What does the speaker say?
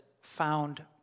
found